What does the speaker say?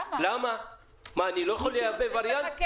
אני לא יכול לייבא וריאנט?